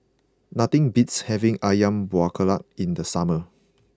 nothing beats having Ayam Buah Keluak in the summer